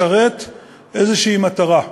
לשרת איזו מטרה,